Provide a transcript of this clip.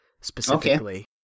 specifically